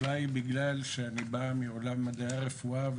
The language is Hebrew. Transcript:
אולי בגלל שאני בא מעולם מדעי הרפואה,